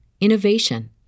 innovation